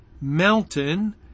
mountain